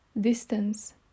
distance